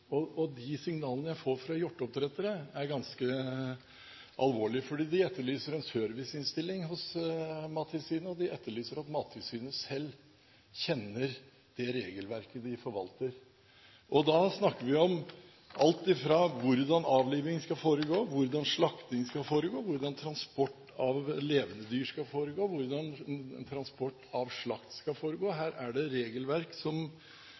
De signalene jeg får fra hjorteoppdrettere, er ganske alvorlige, for de etterlyser en serviceinnstilling hos Mattilsynet, og de etterlyser at Mattilsynet selv kjenner det regelverket de forvalter. Da snakker vi om alt fra hvordan avlivning skal foregå, hvordan slakting skal foregå, hvordan transport av levende dyr skal foregå, og hvordan transport av slakt skal foregå. Her er det regelverk som